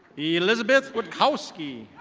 elizabeth whitkowski.